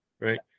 right